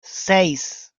seis